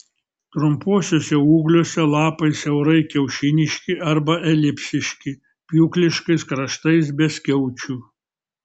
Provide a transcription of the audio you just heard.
trumpuosiuose ūgliuose lapai siaurai kiaušiniški arba elipsiški pjūkliškais kraštais be skiaučių